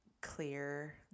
clear